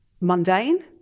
mundane